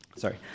Sorry